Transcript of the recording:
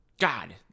god